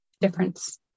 difference